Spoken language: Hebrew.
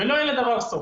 ולא יהיה לדבר סוף.